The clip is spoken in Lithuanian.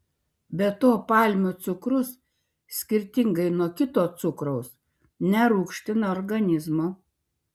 be to palmių cukrus skirtingai nuo kito cukraus nerūgština organizmo